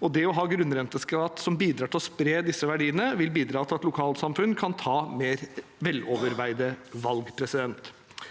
og det å ha grunnrenteskatt som bidrar til å spre disse verdiene, vil bidra til at lokalsamfunn kan ta mer veloverveide valg. Gjennom